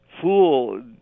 fool